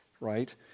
Right